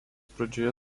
pradžioje